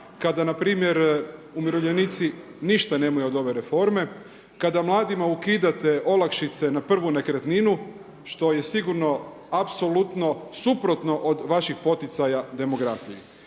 kada npr. umirovljenici ništa nemaju od ove reforme, kada mladima ukidate olakšice na prvu nekretninu što je sigurno apsolutno suprotno od vaših poticaja demografije.